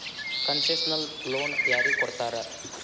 Concessional loan ಯಾರಿಗ್ ಕೊಡ್ತಾರ?